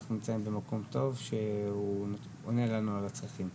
אנחנו נמצאים במקום טוב, שעונה לנו על הצרכים.